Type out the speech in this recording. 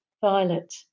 violet